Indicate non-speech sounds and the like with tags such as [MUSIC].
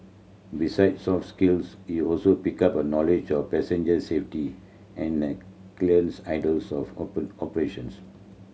besides soft skills he also picked up knowledge of passenger safety and a clearer ideal of [UNINTELLIGIBLE] operations